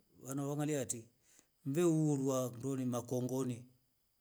wanawanganiatie yeurwa makongoni.